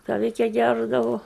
kavikę gerdavo